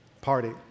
party